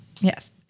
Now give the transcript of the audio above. yes